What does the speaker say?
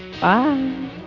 Bye